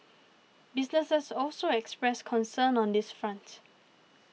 businesses also expressed concern on this front